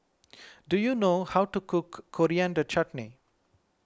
do you know how to cook Coriander Chutney